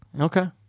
Okay